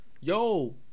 Yo